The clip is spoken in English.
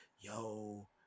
yo